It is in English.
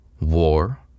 War